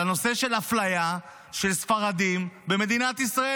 על הנושא של אפליה של ספרדים במדינת ישראל